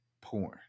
porn